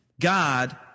God